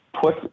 put